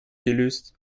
gelöst